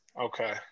Okay